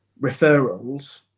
referrals